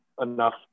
enough